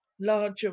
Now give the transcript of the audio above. larger